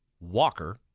Walker